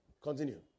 continue